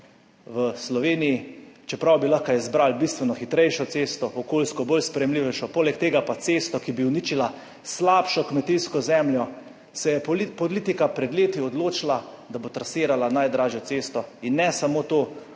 v Sloveniji, čeprav bi lahko izbrali bistveno hitrejšo cesto, okolijsko bolj sprejemljivejšo, poleg tega pa cesto, ki bi uničila slabšo kmetijsko zemljo. Se je politika pred leti odločila, da bo trasirala najdražjo cesto. In ne samo to,